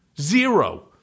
Zero